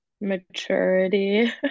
maturity